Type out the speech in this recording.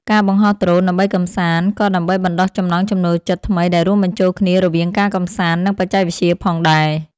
ការបង្ហោះដ្រូនដើម្បីកម្សាន្ត ក៏ដើម្បីបណ្ដុះចំណង់ចំណូលចិត្តថ្មីដែលរួមបញ្ចូលគ្នារវាងការកម្សាន្ត និងបច្ចេកវិទ្យាផងដែរ។